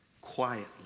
quietly